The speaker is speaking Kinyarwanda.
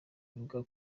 rivuga